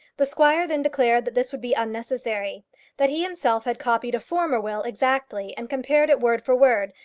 the squire then declared that this would be unnecessary that he himself had copied a former will exactly, and compared it word for word,